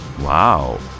Wow